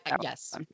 yes